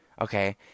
okay